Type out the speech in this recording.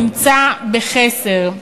נמצא בחסר.